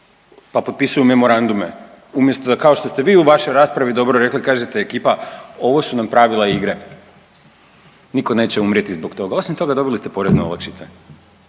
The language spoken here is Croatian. pa potpisuju memorandume umjesto, kao što ste vi u vašoj raspravi dobro rekli, kažete ekipa, ovo su nam pravila igre. Nitko neće umrijeti zbog toga, osim toga, dobili ste porezne olakšice,